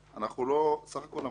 סך הכול המצב